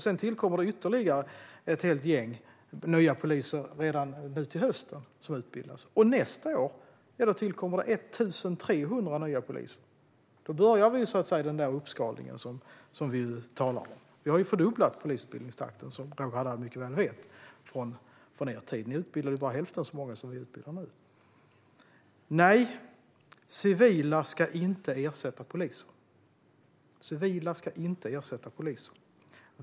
Sedan tillkommer det ytterligare ett helt gäng nya poliser redan nu till hösten, som då utbildats. Och nästa år tillkommer det 1 300 nya poliser. Då börjar vi, så att säga, den uppskalning som vi talar om. Vi har fördubblat polisutbildningstakten, som Roger Haddad mycket väl vet, jämfört med er tid. Ni utbildade bara hälften så många som vi nu utbildar. Nej, civila ska inte ersätta poliser.